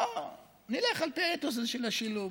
בואו נלך על האתוס הזה של השילוב,